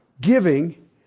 giving